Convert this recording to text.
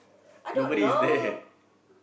nobody is there